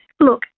look